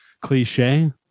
cliche